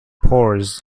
pores